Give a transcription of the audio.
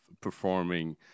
performing